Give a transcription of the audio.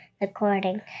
recording